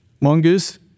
Mongoose